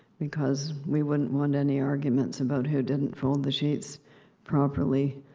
because we wouldn't want any arguments about who didn't fold the sheets properly,